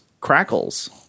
Crackles